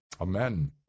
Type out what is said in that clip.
Amen